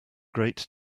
great